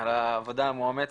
על העבודה המאומצת,